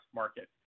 market